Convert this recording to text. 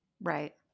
Right